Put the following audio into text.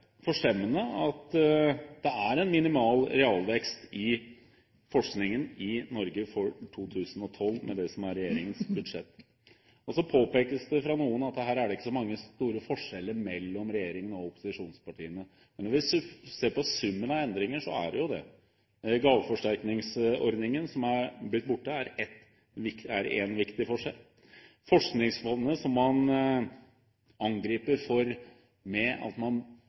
forstemmende at det er en minimal realvekst i forskningen i Norge for 2012 med det som er regjeringens budsjett. Så påpekes det fra noen at her er det ikke så mange store forskjeller mellom regjeringen og opposisjonspartiene. Men når vi ser på summen av endringer, er det jo det. Gaveforsterkningsordningen, som er blitt borte, er en viktig forskjell. Forskningsfondet, som man angriper med at man